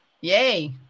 Yay